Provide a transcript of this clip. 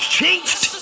changed